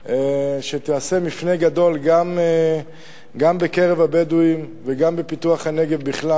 שתעשה מפנה גדול גם בקרב הבדואים וגם בפיתוח הנגב בכלל.